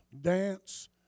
dance